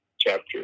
chapter